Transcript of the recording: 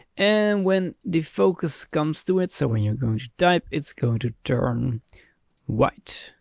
and when the focus comes to it so when you'r going to type it's going to turn white.